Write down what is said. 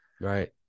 Right